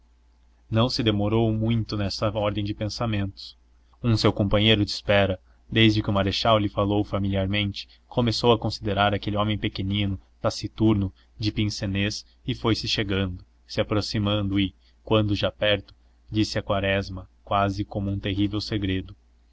não se demorou muito nessa ordem de pensamentos um seu companheiro de espera desde que o marechal lhe falou familiarmente começou a considerar aquele homem pequenino taciturno de pince-nez e foi-se chegando se aproximando e quando já perto disse a quaresma quase como um terrível segredo